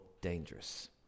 dangerous